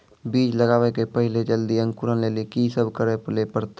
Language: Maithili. बीज लगावे के पहिले जल्दी अंकुरण लेली की सब करे ले परतै?